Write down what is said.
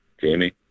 Jamie